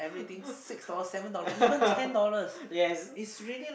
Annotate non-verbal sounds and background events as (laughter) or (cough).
(laughs) yes